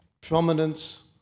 prominence